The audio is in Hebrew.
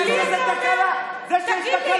אז תכבד